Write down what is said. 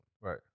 Right